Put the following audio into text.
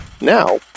now